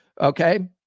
Okay